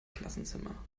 klassenzimmer